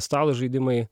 stalo žaidimai